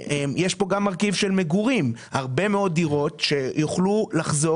זה גם פוטנציאל להרבה מאוד דירות שיוכלו לחזור